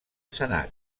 senat